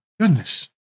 Goodness